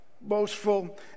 boastful